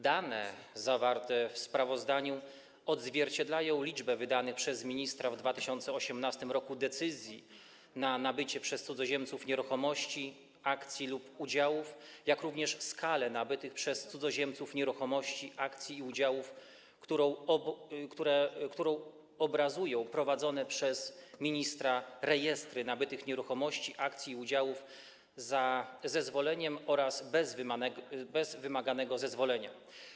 Dane zawarte w sprawozdaniu odzwierciedlają liczbę wydanych przez ministra w 2018 r. decyzji w sprawie nabycia przez cudzoziemców nieruchomości, akcji lub udziałów, jak również skalę nabytych przez cudzoziemców nieruchomości, akcji i udziałów, którą obrazują prowadzone przez ministra rejestry nabytych nieruchomości, akcji i udziałów za zezwoleniem oraz bez wymaganego zezwolenia.